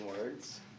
words